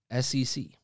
SEC